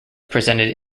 presented